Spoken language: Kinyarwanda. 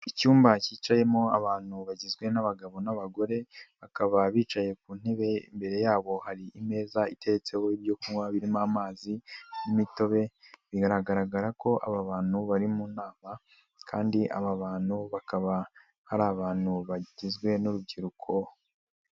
Icyumba kicayemo abantu bagizwe n'abagabo n'abagore, bakaba bicaye ku ntebe, imbere yabo hari imeza iteretseho ibyo kunywa birimo amazi n'imitobe bigaragara ko aba bantu bari mu nama, kandi aba bantu bakaba ari abantu bagizwe n'urubyiruko.